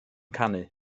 canu